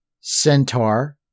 centaur